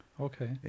Okay